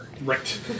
Right